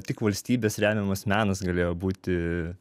tik valstybės remiamas menas galėjo būti